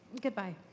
Goodbye